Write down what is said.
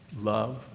love